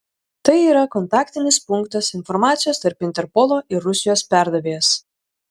tai yra kontaktinis punktas informacijos tarp interpolo ir rusijos perdavėjas